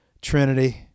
Trinity